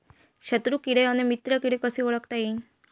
शत्रु किडे अन मित्र किडे कसे ओळखता येईन?